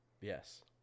Yes